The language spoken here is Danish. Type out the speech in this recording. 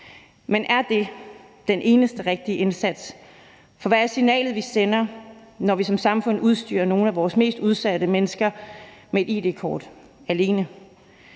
men er det den eneste rigtige indsats? For hvad er signalet, vi sender, når vi som samfund udstyrer nogle af vores mest udsatte mennesker med et id-kort alene?